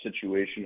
situation